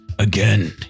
Again